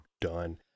done